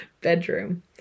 bedroom